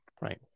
Right